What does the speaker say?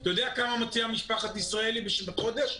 אתה יודע כמה מוציאה משפחת ישראלי בחודש?